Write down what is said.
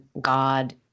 God